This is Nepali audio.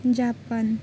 जापान